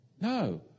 No